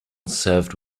served